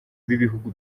b’ibihugu